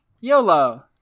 YOLO